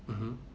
mmhmm